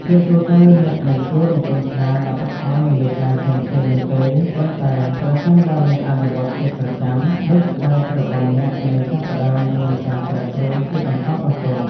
ជាទូទៅ អ្នកមិនគួររំពឹងថាលទ្ធផលនឹងលេចឡើងភ្លាមៗនោះទេ ប៉ុន្តែប្រសិនបើអ្នកអនុវត្តជាប្រចាំ នោះស្បែករបស់អ្នកនឹងចាប់ផ្តើមមានការប្រែប្រួលជាបន្តបន្ទាប់។